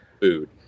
food